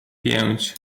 pięć